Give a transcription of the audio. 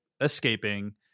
escaping